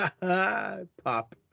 Pop